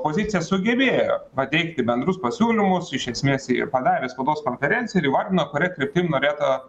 pozicija sugebėjo pateikti bendrus pasiūlymus iš esmės jie ir padarė spaudos konferenciją ir įvardino kuria kryptim norėta